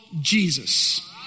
Jesus